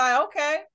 okay